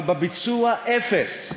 אבל בביצוע, אפס.